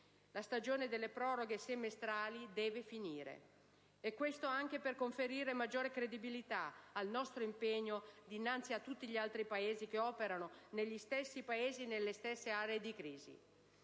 La stagione delle proroghe semestrali deve finire, anche per conferire maggior credibilità al nostro impegno dinanzi a tutti gli altri Paesi che operano negli stessi Paesi e nelle stesse aree di crisi.